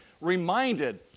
reminded